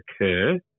occur